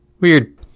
weird